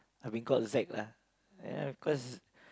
I have been called Zack lah ya cause